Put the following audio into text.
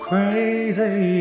crazy